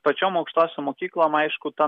pačiom aukštosiom mokyklos aišku ta